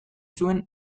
zuen